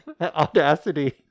Audacity